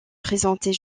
présentée